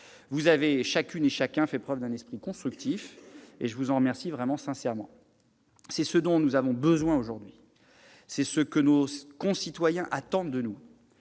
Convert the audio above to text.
Vous avez, chacune et chacun, fait preuve d'un esprit constructif, et je vous en remercie sincèrement. C'est ce dont nous avons besoin aujourd'hui ; c'est ce que nos concitoyens attendent de nous.